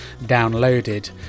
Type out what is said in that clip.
downloaded